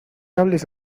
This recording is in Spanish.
hables